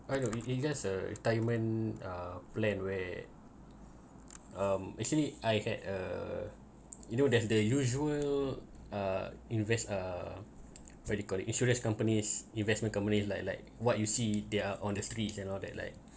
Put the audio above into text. I got really just a retirement uh plan where um actually I had uh you know there's the usual uh invest uh practical the insurance company's investment companies like like what you see they are on the streets and all that like